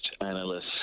analysts